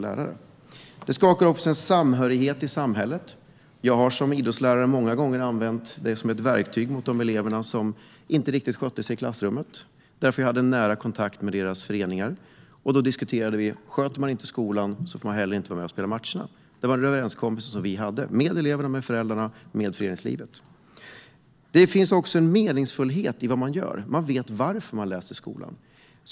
Detta skapar ofta en samhörighet med samhället. Som idrottslärare har jag många gånger använt föreningslivet som ett verktyg mot de elever som inte riktigt skötte sig i klassrummet. Jag hade en nära kontakt med de föreningar som de var med i. Då hade vi en överenskommelse mellan eleverna, föräldrarna och föreningslivet, att om eleverna inte skötte skolan fick de inte heller vara med på matcherna. Det finns också en meningsfullhet i det som man gör. Man vet varför man lär sig i skolan.